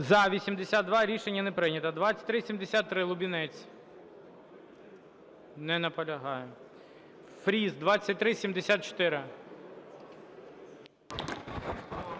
За-82 Рішення не прийнято. 2373, Лубінець. Не наполягає. Фріс, 2374.